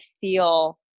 feel